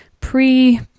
pre